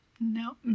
No